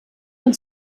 und